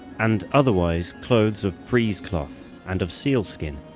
and otherwise clothes of frieze cloth and of seal skin.